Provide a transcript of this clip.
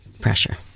pressure